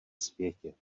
světě